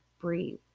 breathe